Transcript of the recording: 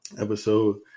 episode